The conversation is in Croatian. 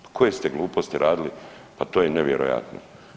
Pa koje ste gluposti radili, pa to je nevjerojatno.